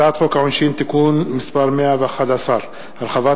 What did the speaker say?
הצעת חוק העונשין (תיקון מס' 111) (הרחבת